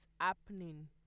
happening